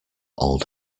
old